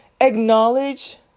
acknowledge